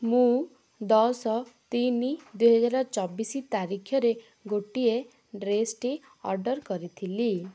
ମୁଁ ଦଶ ତିନି ଦୁଇ ହଜାର ଚବିଶି ତାରିଖରେ ଗୋଟିଏ ଡ୍ରେସ୍ଟି ଅର୍ଡ଼ର୍ କରିଥିଲି